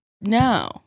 no